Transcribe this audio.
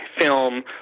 film